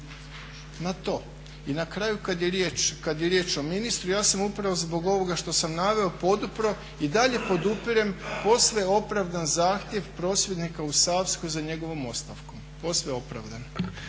na to. I na kraju kad je riječ o ministru, ja sam upravo zbog ovoga što sam naveo podupro i dalje podupirem posve opravdan zahtjev prosvjednika u Savskoj za njegovom ostavkom. Posve opravdan.